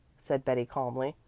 said betty calmly,